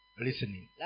listening